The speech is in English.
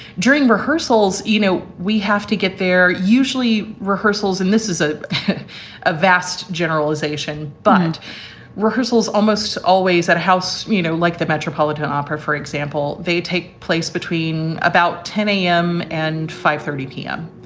during rehearsals. you know, we have to get there. usually rehearsals and this is ah a vast generalization. but rehearsals almost always at a house, you know, like the metropolitan opera, for example, they take place between about ten zero a m. and five thirty p m,